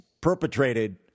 perpetrated